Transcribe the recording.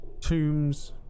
tombs